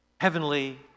Heavenly